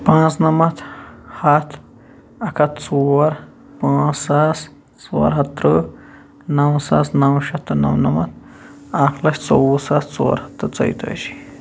پاںٛژھ نَمَتھ ہَتھ اَکھ ہَتھ ژور پانٛژھ ساس ژور ہَتھ ترٕہ نَو ساس نَو شیٚتھ تہٕ نَمنَمَتھ اکھ لَچھ ژۄوُہ ساس ژور ہَتھ تہٕ ژۄیتٲجی